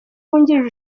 wungirije